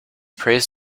prays